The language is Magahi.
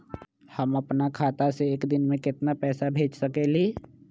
हम अपना खाता से एक दिन में केतना पैसा भेज सकेली?